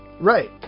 right